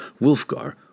Wolfgar